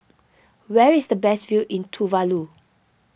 where is the best view in Tuvalu